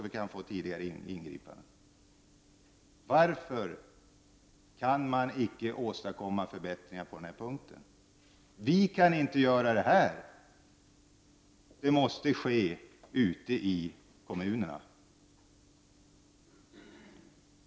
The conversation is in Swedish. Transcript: På det sättet går det att åstadkomma tidigare ingripanden. Varför kan man icke åstadkomma förbättringar på den punkten? Vi kan inte göra det här, utan det måste ske ute i kommunerna.